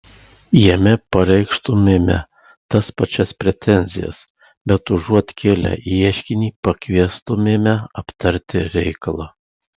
jame pareikštumėme tas pačias pretenzijas bet užuot kėlę ieškinį pakviestumėme aptarti reikalą